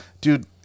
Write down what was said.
dude